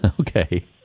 Okay